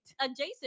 adjacent